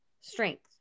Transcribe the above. strength